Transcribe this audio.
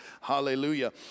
hallelujah